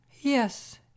Yes